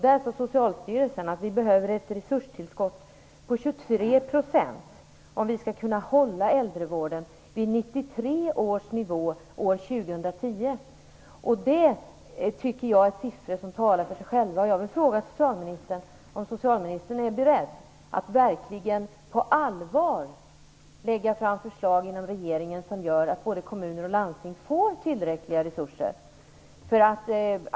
Där sade Socialstyrelsen att man behöver ett resurstillskott på 23 procent om äldrevården skall kunna hållas vid 1993 års nivå år 2010. Det är siffror som talar för sig själva. Jag undrar om socialministern är beredd att verkligen på allvar lägga fram förslag inom regeringen som gör att både kommuner och landsting får tillräckliga resurser.